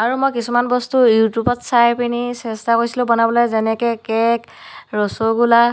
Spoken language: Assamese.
আৰু মই কিছুমান বস্তু ইউটিউবত চাই পিনি চেষ্টা কৰিছিলোঁ বনাবলৈ যেনেকে কেক ৰসগোল্লা